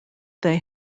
they